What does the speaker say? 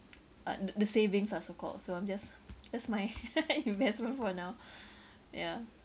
uh the the savings ah so called so I'm just that's my investment for now ya